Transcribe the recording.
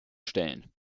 stellen